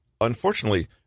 Unfortunately